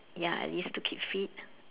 ya I used to keep fit